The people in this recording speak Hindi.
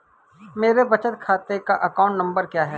मेरे बचत खाते का अकाउंट नंबर क्या है?